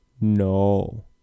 No